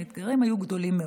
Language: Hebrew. האתגרים היו גדולים מאוד.